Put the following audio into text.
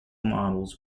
models